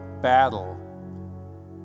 battle